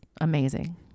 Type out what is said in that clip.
amazing